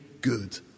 good